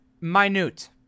Minute